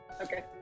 okay